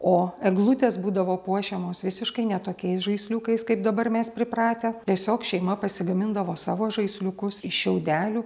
o eglutės būdavo puošiamos visiškai ne tokiais žaisliukais kaip dabar mes pripratę tiesiog šeima pasigamindavo savo žaisliukus iš šiaudelių